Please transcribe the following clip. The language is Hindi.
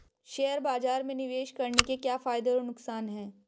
शेयर बाज़ार में निवेश करने के क्या फायदे और नुकसान हैं?